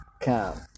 come